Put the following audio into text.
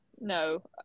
no